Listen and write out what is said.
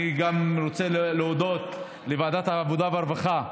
אני גם רוצה להודות לוועדת העבודה והרווחה,